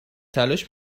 تلاش